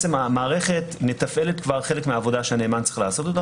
המערכת למעשה מתפעלת חלק מהעבודה שהנאמן צריך לעשות,